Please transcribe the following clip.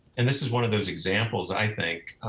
and this is one of those examples i think,